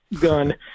gun